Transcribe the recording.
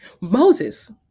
Moses